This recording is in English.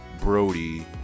Brody